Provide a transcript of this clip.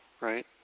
right